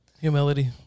humility